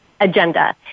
agenda